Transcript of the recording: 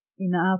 enough